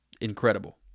incredible